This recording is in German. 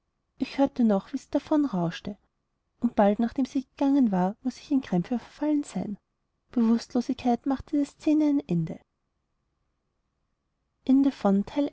ich hörte noch wie sie davon rauschte und bald nachdem sie gegangen war muß ich in krämpfe verfallen sein bewußtlosigkeit machte der scene ein ende